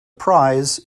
prize